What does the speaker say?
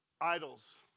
idols